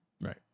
Right